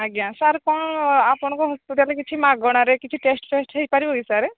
ଆଜ୍ଞା ସାର୍ କ'ଣ ଆପଣଙ୍କ ହସ୍ପିଟାଲ୍ରେ କିଛି ମାଗଣାରେ କିଛି ଟେଷ୍ଟ୍ ଫେଷ୍ଟ୍ ହେଇପାରିବ କି ସାର୍